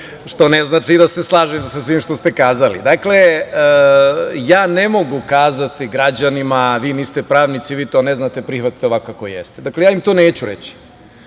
Što ne znači da se slažem sa svim što ste kazali. Dakle, ne mogu kazati građanima, vi niste pravnici, vi to ne znate, prihvatite ovako kako jeste, dakle ja im to neću reći.